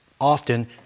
often